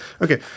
Okay